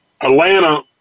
Atlanta